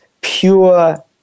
pure